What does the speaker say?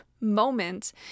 moment